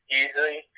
easily